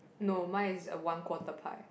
no mine is a one quarter pie